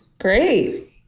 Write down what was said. Great